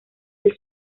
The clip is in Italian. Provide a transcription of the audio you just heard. del